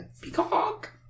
Peacock